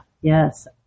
Yes